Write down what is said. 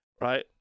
right